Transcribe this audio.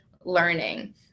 learning